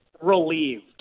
relieved